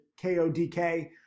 KODK